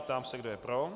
Ptám se, kdo je pro.